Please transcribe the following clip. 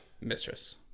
mistress